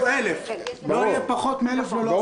1,000. לא יהיה פחות מ-1,000 ללא הסכמה שלנו.